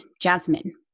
Jasmine